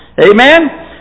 Amen